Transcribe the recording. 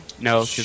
No